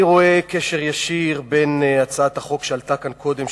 אני רואה קשר ישיר בין הצעת החוק שעלתה כאן קודם,